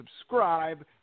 subscribe